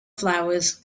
flowers